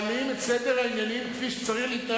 סגני השרים, בעלי התפקידים.